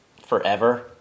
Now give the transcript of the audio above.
forever